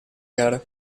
gara